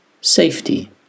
safety